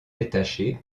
détaché